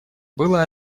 было